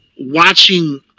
watching